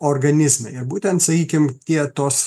organizme ir būtent sakykim tie tos